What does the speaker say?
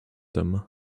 them